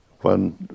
One